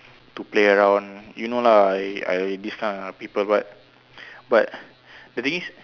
to play around you know lah I I this kind of people but but the thing is